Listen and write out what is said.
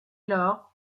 lors